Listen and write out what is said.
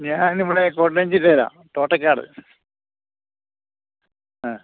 ഞാൻ ഇവിടെ കോട്ടയം ജില്ലയിലെ തോട്ടയ്ക്കാട് ആ